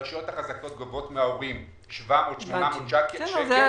הרשויות החזקות גובות ההורים 700, 800, 900 שקלים.